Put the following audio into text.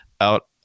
out